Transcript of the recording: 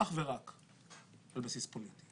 אך ורק על בסיס פוליטי.